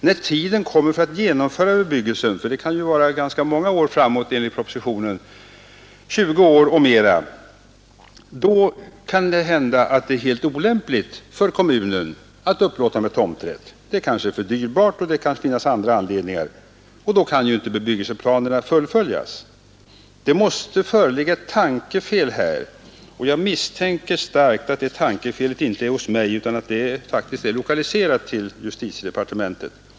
När tiden kommer för att genomföra bebyggelsen — det kan enligt propositionen dröja 20 är eller mera — kan det hända att det är helt olämpligt för kommunen att uppläta tomträtt. Det kanske är för dyrt, eller det kan finnas andra anledningar. Och da kan ju inte bebyggelseplanerna fullföljas. Det mäste föreligga ett tankefel där, och jag misstänker starkt att det felet inte ligger hos mig utan är lokaliserat till justitiedepartementet.